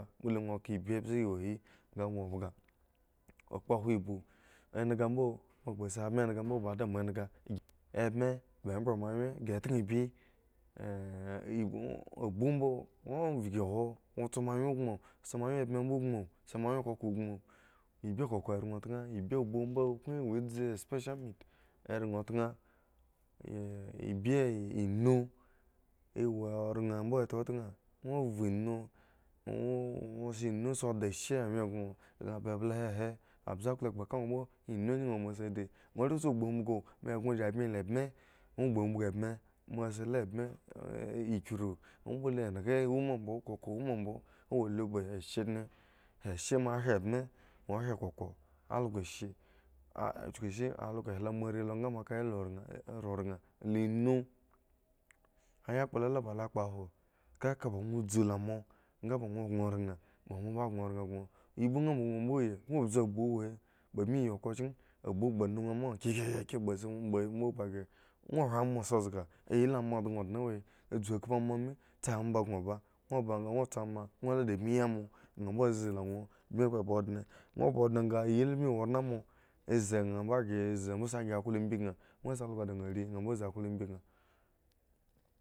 Mbole ŋwo ka ibyi mbze wohi nga ŋwo bhga okpohwo ibu endhga mbo moa kpha si abme endhga di moa endhga ebme ba bwre moawyen gi dhga ibyi abu mo ŋwo vki hwo ŋwo tso moawyen gboŋ si moawyen ebme mbo gboŋ si moawyen koko gbon ibi koko raŋ taŋ ibyi ibu mbo kuŋ wo dze special meat eraŋ tn eh ibyi inu e wo oraŋ mbo tantan ŋwo vhu inu wo si inu shi di ashe wyen gŋo la ba mble hehe ambze klo egoa ka ŋwo inbo inu anyi wo moa si di gwo ae shagbu umbugu moa eggon ji abmi la ebme ŋwo gbu umbugu ebme moa sa lu ebme ekru mbole enghga wo ma mbo koko wo ma mbo owo lu ba ashe dne ashe moa here ebme moa hre koko algo she ah chukushi algo he lo moa riii moa kayi la raŋ oraran la inu yakpta la ba lo kpohwo ekaka ba nwo du la moa dzu nwo du la moa nga ba ŋwo gŋo raŋ ba moa mbo oran gŋo ibu nha mbo ba ŋwo yi ŋwo bzu abu huhusin hi ba bmi yi okhro chki abu ba lu ŋwo ma khrekhre ba si ŋwo khp ŋwo hre agban si zga a yila ama adaŋ nha dne wo he a dzu khpo ama mi tsa omba gno ba ŋwo nga a tso ma dwo la da bmi yi m nha mbo zi la ŋwo bmi mba ba dme ŋwo ba dne nga a yi ta bmi wo dne amo a zi nha nha mbo zi nha mbo ghre ya klo embyi kun moa si algo da nha ri nha mbo zi klo embye kaŋ.